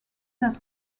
that